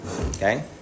Okay